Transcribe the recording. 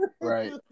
right